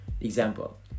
example